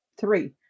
three